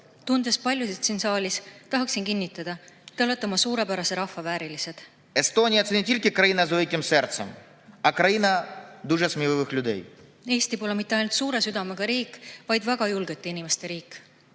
Tundes paljusid siin saalis, tahan kinnitada: te olete oma suurepärase rahva väärilised. Eesti pole mitte ainult suure südamega riik, vaid ka väga julgete inimeste riik.